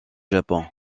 japon